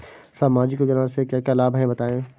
सामाजिक योजना से क्या क्या लाभ हैं बताएँ?